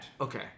Okay